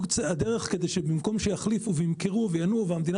הדרך היא לא בכך שימכרו וינועו והמדינה